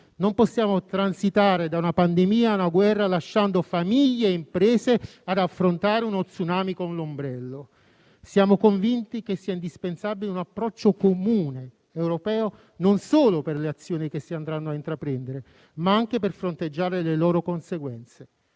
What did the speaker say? Non possiamo transitare da una pandemia a una guerra lasciando famiglie e imprese ad affrontare uno *tsunami* con l'ombrello. Siamo convinti che sia indispensabile un approccio comune europeo non solo per le azioni che si andranno a intraprendere, ma anche per fronteggiare le loro conseguenze.